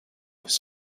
his